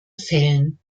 fällen